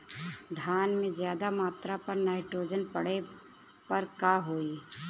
धान में ज्यादा मात्रा पर नाइट्रोजन पड़े पर का होई?